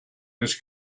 this